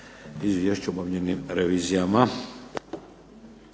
Izvješće o obavljenim revizijama.